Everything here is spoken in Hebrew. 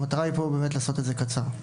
המטרה היא באמת לעשות את זה קצר.